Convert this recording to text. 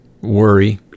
worry